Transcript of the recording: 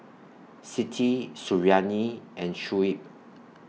Siti Suriani and Shuib